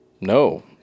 no